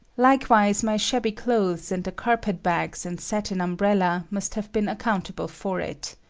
likewise my shabby clothes and the carpet bags and satin umbrella must have been accountable for it.